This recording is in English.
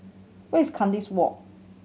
where is Kandis Walk